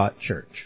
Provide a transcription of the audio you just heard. church